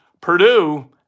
Purdue